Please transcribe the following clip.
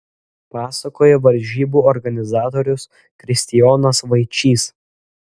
pasakoja varžybų organizatorius kristijonas vaičys